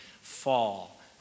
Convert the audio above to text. fall